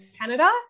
Canada